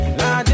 la